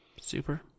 super